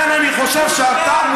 מושחת.